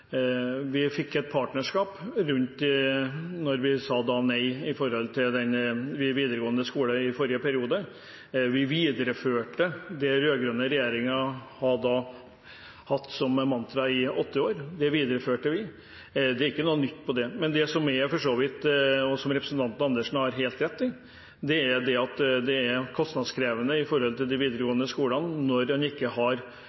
vi fikk et partnerskap rundt det da vi sa nei med hensyn til videregående skole i forrige periode. Vi videreførte det den rød-grønne regjeringen da hadde hatt som mantra i åtte år. Det videreførte vi, det er ikke noe nytt der. Men det representanten Andersen har rett i, er at det er kostnadskrevende med de videregående skolene når en ikke har